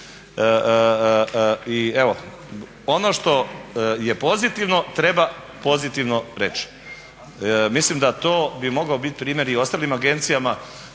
i evo ono što je pozitivno treba pozitivno reći. Mislim da to bi mogao biti primjer i ostalim agencijama